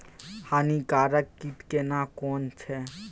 हानिकारक कीट केना कोन छै?